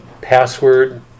password